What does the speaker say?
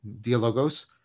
dialogos